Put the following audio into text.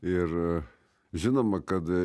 ir žinoma kad